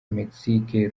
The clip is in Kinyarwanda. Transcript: mexique